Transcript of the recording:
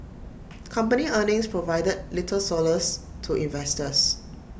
company earnings provided little solace to investors